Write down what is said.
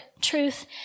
truth